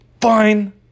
Fine